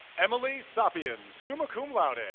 emily sabien, summa cum laude. and